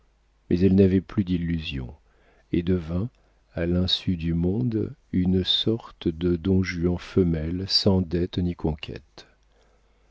mais elle n'avait plus d'illusions et devint à l'insu du monde une sorte de don juan femelle sans dettes ni conquêtes